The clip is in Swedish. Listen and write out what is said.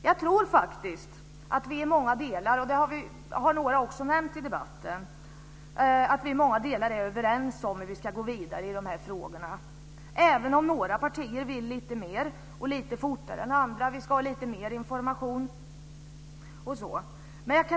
Jag tror faktiskt att vi i många delar är överens om hur vi ska gå vidare i de här frågorna - och det har några också nämnt i debatten - även om några partier vill lite mer och lite fortare än andra. Några vill ha lite mer information osv.